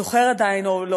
זוכר עדיין לא,